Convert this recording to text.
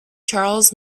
charles